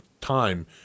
time